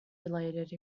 related